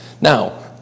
Now